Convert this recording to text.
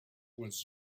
was